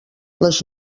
les